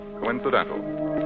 coincidental